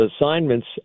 assignments